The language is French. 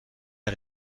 les